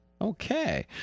Okay